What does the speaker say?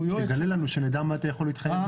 תגלה לנו, שנדע מה אתה יכול להתחייב.